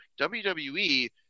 WWE